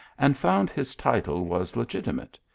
and found his title was legitimate.